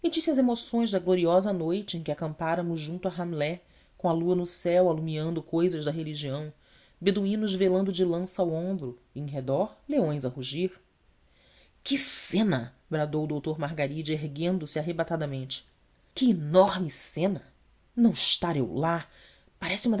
as emoções da gloriosa noite em que acampáramos junto a ramlê com a lua no céu alumiando cousas da religião beduínos velando de lança ao ombro e em redor leões a rugir que cena bradou o doutor margaride erguendo-se arrebatadamente que enorme cena não estar eu lá parece